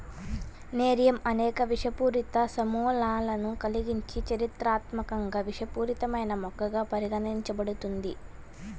nerium అనేక విషపూరిత సమ్మేళనాలను కలిగి చారిత్రాత్మకంగా విషపూరితమైన మొక్కగా పరిగణించబడుతుంది